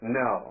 no